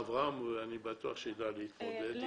אברהם, אני בטוח שידע להתמודד עם זה.